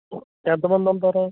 ఎంత మంది ఉంటారు